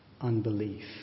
unbelief